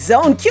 Zone